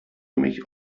mich